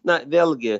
na vėlgi